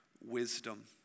wisdom